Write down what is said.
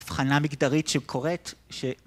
הבחנה מגדרית שקורית ש...